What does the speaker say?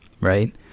Right